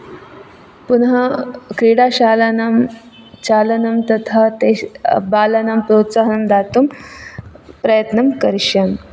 पुनः क्रीडाशालायाः चालनं तथा तेषां बालानां प्रोत्साहं दातुं प्रयत्नं करिष्यामि